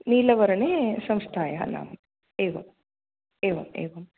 नीलवर्णे संस्थायाः नाम एवम् एवम् एवम्